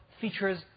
features